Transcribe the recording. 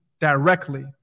directly